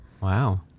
Wow